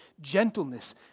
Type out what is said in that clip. gentleness